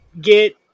get